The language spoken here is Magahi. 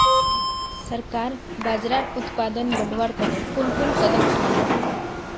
सरकार बाजरार उत्पादन बढ़वार तने कुन कुन कदम उठा ले